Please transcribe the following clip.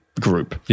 group